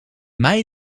mei